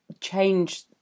change